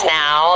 now